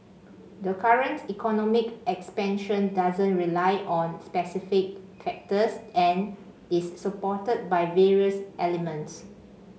the current economic expansion doesn't rely on specific factors and is supported by various elements